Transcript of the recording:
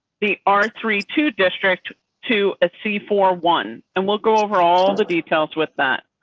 the r three to district to ah see for one and we'll go over all the details with that.